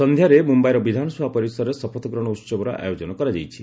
ସଂଧ୍ୟାରେ ମୁମ୍ବାଇର ବିଧାନସଭା ପରିସରରେ ଶପଥ ଗ୍ରହଣ ଉହବର ଆୟୋଜନ କରାଯାଇଛି